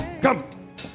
Come